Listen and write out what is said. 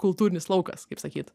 kultūrinis laukas kaip sakyt